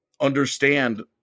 Understand